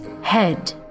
head